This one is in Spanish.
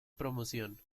promoción